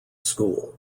school